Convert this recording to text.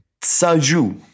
Tsaju